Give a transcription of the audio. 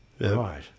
Right